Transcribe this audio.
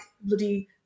bloody